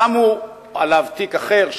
שמו עליו תיק אחר,